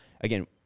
again